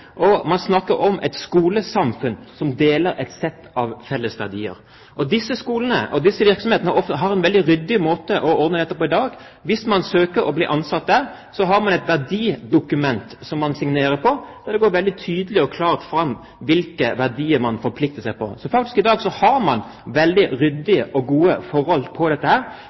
funksjoner. Man snakker om et skolesamfunn som deler et sett av felles verdier. Disse skolene og disse virksomhetene har en veldig ryddig måte å ordne dette på i dag. Hvis man søker og blir ansatt der, får man et verdidokument som man signerer, der det går veldig tydelig og klart fram hvilke verdier man forplikter seg på. Så i dag har man veldig ryddige og gode forhold når det gjelder dette.